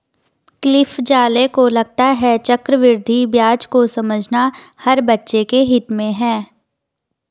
Cliff Zale को लगता है चक्रवृद्धि ब्याज को समझना हर बच्चे के हित में है